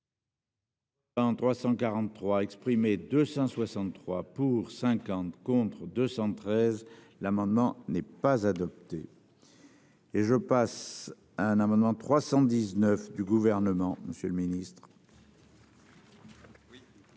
En 343, exprimés, 263 pour 50 contre 213. L'amendement n'est pas adopté. Et je passe un amendement 319 du gouvernement, Monsieur le Ministre.